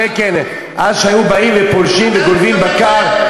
כן, כן, אז שהיו באים וגונבים בקר.